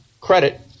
credit